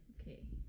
Okay